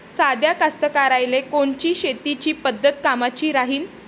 साध्या कास्तकाराइले कोनची शेतीची पद्धत कामाची राहीन?